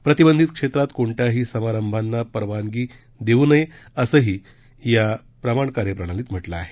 प्रतिबंधित क्षेत्रात कोणत्याही समारंभांना परवानगी देऊ नये असंही या मानक कार्यप्रणालीमधे म्हटलं आहे